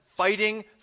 fighting